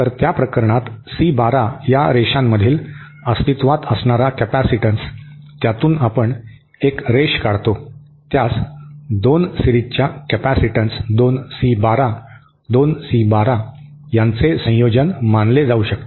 तर त्या प्रकरणात सी 12 या रेषांमधील अस्तित्वात असणारा कॅपेसिटन्स त्यातून आपण एक रेष काढतो त्यास 2 सीरिजच्या कपॅसिटीन्स 2 सी 12 2 सी 12 यांचे संयोजन मानले जाऊ शकते